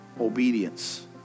obedience